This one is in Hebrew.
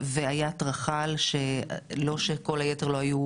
ואיאת רחאל, לא שכל היתר לא היו